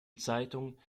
zeitung